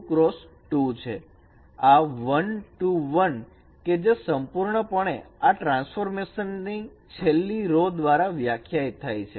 આ 1 2 1 કે જે સંપૂર્ણપણે આ ટ્રાન્સફોર્મેશન ની છેલ્લી રો દ્વારા વ્યાખ્યાયિત થાય છે